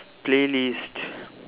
playlist